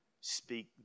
speak